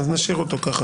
אז נשאיר את זה כך.